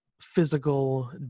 physical